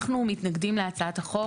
אנחנו מתנגדים להצעת החוק.